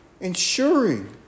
ensuring